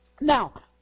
Now